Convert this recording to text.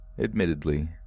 Admittedly